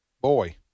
boy